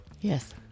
Yes